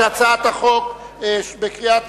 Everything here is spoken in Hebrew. ההצעה להעביר את הצעת חוק לתיקון פקודת